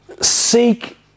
seek